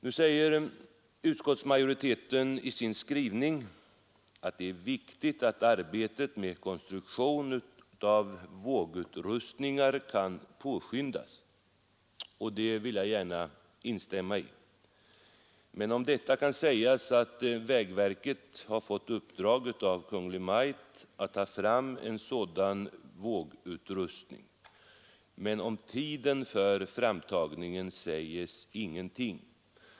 Nu säger utskottsmajoriteten i sin skrivning att det är viktigt att arbetet med konstruktion av vågutrustningar kan påskyndas, och det vill jag gärna instämma i. Om detta kan sägas att vägverket har fått uppdrag av Kungl. Maj:t att ta fram en vågutrustning, men om tiden för framtagningen sägs ingenting.